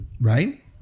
right